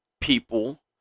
people